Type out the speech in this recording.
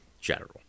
general